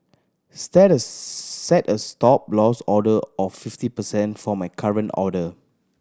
set a set a Stop Loss order of fifty percent for my current order